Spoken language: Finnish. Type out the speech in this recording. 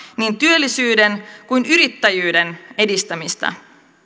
niin työllisyyden kuin yrittäjyyden edistämistä